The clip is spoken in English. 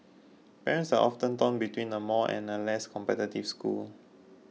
parents are often torn between a more and a less competitive school